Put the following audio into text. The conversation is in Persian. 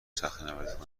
صخرهنوردی